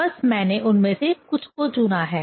बस मैंने उनमें से कुछ को चुना है